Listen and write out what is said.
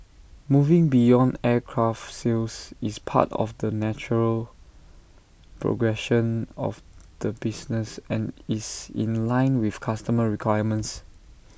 moving beyond aircraft sales is part of the natural progression of the business and is in line with customer requirements